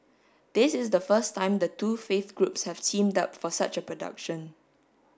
this is the first time the two faith groups have teamed up for such a production